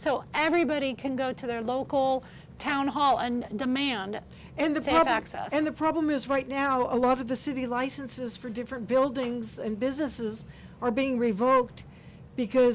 so everybody can go to their local town hall and demand and that they have access and the problem is right now a lot of the city licenses for different buildings and businesses are being revoked because